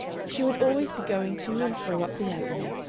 she would always be going to and fro up the avenue,